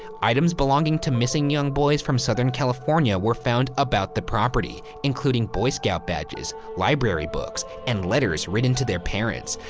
items belonging to missing young boys from southern california were found about the property. including boy scout badges, library books, and letters written to their parents.